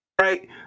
right